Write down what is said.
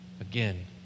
Again